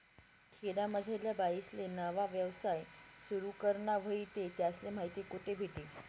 खेडामझारल्या बाईसले नवा यवसाय सुरु कराना व्हयी ते त्यासले माहिती कोठे भेटी?